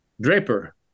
Draper